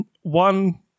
one